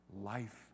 life